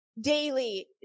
daily